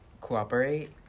cooperate